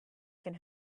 can